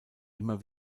immer